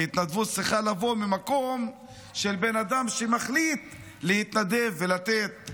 כי התנדבות צריכה לבוא ממקום של בן אדם שמחליט להתנדב ולתת,